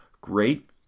Great